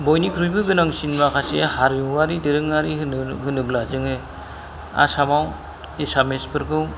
बयनिख्रुइबो माखासे हारिमुआरि दोरोङारि होनोब्ला जोङो आसामाव एसामिसफोरखौ